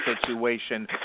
situation